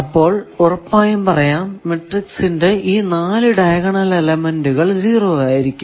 അപ്പോൾ ഉറപ്പായും പറയാം മാട്രിക്സിന്റെ ഈ നാലു ഡയഗണൽ എലെമെന്റുകൾ 0 ആയിരിക്കും